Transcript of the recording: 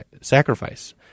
sacrifice